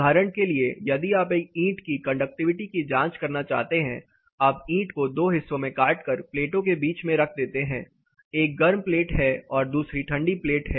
उदाहरण के लिए यदि आप एक ईंट की कंडक्टिविटी की जांच करना चाहते हैं आप ईंट को दो हिस्सों में काट कर प्लेटों के बीच में रख देते हैं एक गर्म प्लेट है और दूसरी ठंडी प्लेट है